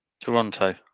Toronto